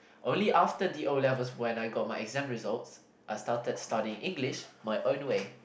only after the O-level when I get my exam results I started studying English my own way